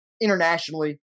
internationally